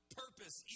purpose